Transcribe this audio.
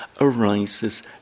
arises